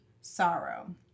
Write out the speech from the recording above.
sorrow